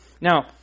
now